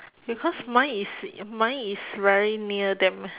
because mine is mine is very near them